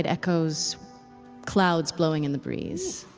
echoes clouds blowing in the breeze.